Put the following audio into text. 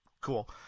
Cool